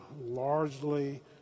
largely